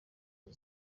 iri